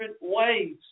ways